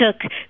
took